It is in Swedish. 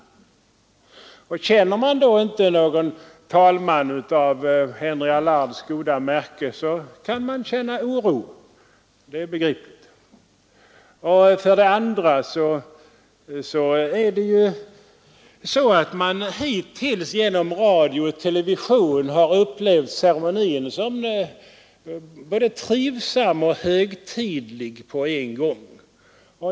Känner man då inte någon talman av Henry Allards goda märke, så kan man hysa oro — det är begripligt. För det andra har man hittills genom radio och television upplevt ceremonin som trivsam och högtidlig på en gång.